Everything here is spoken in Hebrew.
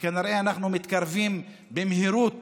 וכנראה אנחנו מתקרבים במהירות